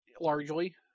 largely